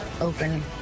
open